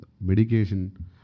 medication